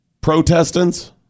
Protestants